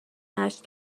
نشت